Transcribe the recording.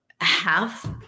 half